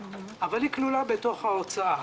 אבל היא כלולה בתוך ההוצאה.